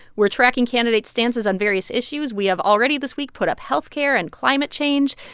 we're tracking candidates' stances on various issues. we have already this week put up health care and climate change.